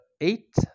eight